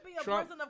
Trump